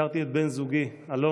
הכרתי את בן זוגי אלון,